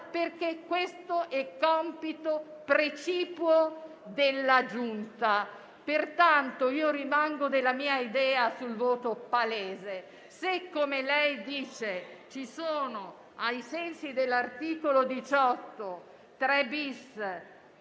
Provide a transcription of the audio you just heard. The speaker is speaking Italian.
perché questo è compito precipuo della Giunta. Pertanto, io rimango della mia idea sul voto palese. Se, come lei dice, ci sono, ai sensi dell'articolo 18,